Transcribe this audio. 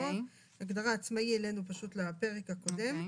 ההגדרה "עצמאי" העלינו לפרק הקודם.